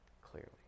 clearly